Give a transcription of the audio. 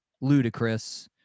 ludicrous